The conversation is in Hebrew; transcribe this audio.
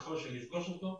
ככול שנפגוש אותו.